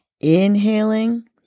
Inhaling